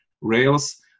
Rails